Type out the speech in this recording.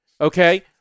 okay